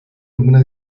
ninguna